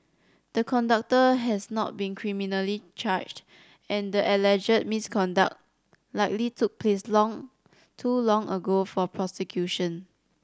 the conductor has not been criminally charged and the alleged misconduct likely took place long too long ago for prosecution